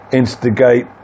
instigate